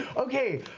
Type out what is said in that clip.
okay,